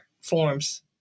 forms